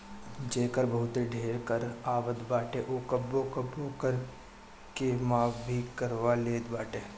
जेकर बहुते ढेर कर आवत बाटे उ कबो कबो कर के माफ़ भी करवा लेवत बाटे